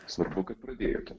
svarbu kad pradėjote